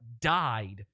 died